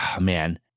man